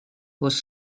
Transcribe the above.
was